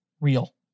real